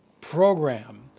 program